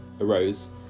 arose